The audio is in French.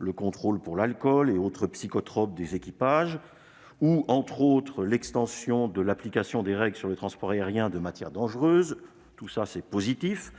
éventuelle d'alcool et d'autres psychotropes par les équipages ou, entre autres, l'extension de l'application des règles sur le transport aérien de matières dangereuses sont positives,